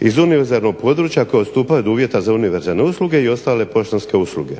iz univerzalnog područja koje odstupaju od uvjeta za univerzalne usluge i ostale poštanske usluge.